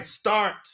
start